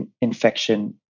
infection